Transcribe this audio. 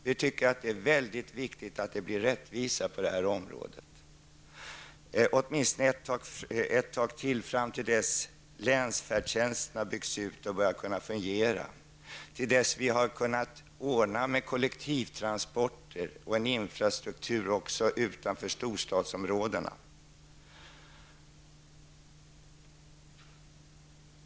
Vi anser att det är mycket viktigt att det blir rättvisa på detta område åtminstone fram till dess att länsfärdtjänsten har byggts ut och börjat fungera och till dess vi har kunnat ordna med kollektivtransporter och en infrastruktur också utanför storstadsområdena.